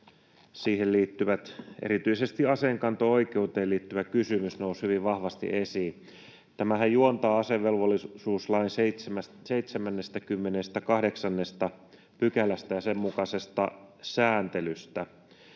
niihin liittyvät kysymykset, erityisesti aseenkanto-oikeuteen liittyvä kysymys, nousivat hyvin vahvasti esiin. Tämähän juontaa asevelvollisuuslain 78 §:stä ja sen mukaisesta sääntelystä.